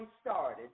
started